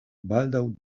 baldaŭ